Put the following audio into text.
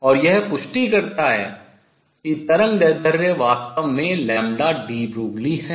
और यह पुष्टि करता है कि तरंगदैर्ध्य वास्तव में deBroglie है